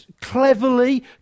cleverly